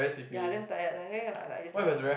ya damn tired I like just like oh